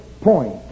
point